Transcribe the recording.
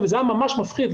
וזה היה ממש מפחיד,